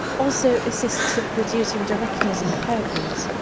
also assists in producing directness of pur pose.